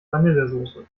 vanillesoße